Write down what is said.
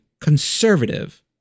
conservative